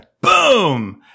boom